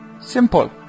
Simple